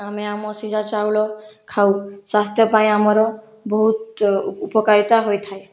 ଆମେ ଆମ ସିଝା ଚାଉଲ ଖାଉ ସ୍ଵାସ୍ଥ୍ୟ ପାଇଁ ଆମର ବହୁତ ଉପକାରିତା ହୋଇଥାଏ